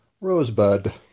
rosebud